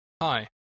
Hi